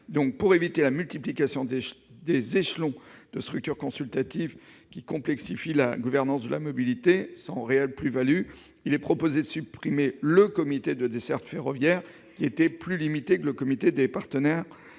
Pour éviter la multiplication des échelons de structures consultatives, qui complexifie la gouvernance de la mobilité sans réelle plus-value, il est proposé de supprimer le comité de desserte ferroviaire, dont le champ d'action est plus limité que celui du comité des partenaires-